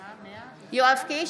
(קוראת בשם חבר הכנסת) יואב קיש,